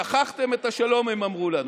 שכחתם את השלום, הם אמרו לנו.